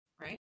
right